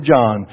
John